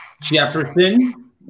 Jefferson